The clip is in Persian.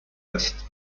است